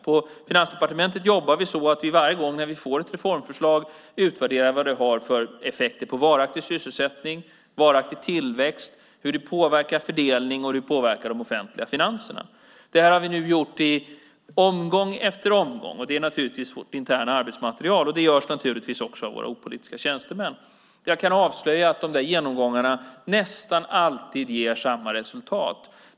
På Finansdepartementet jobbar vi så att vi varje gång när vi får ett reformförslag utvärderar vad det har för effekter på varaktig sysselsättning och varaktig tillväxt och hur det påverkar fördelning och de offentliga finanserna. Detta har vi nu gjort i omgång efter omgång. Det är naturligtvis internt arbetsmaterial som görs av våra opolitiska tjänstemän. Jag kan avslöja att de genomgångarna nästan alltid ger samma resultat.